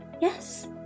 yes